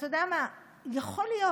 יכול להיות,